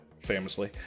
famously